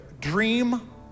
Dream